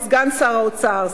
את סגן שר האוצר,